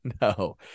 No